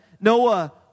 Noah